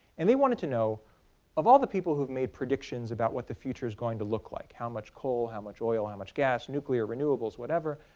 and they wanted to know of all the people who made predictions about what the future is going to look like how much coal, how much oil, how much gas, nuclear, renewables, whatever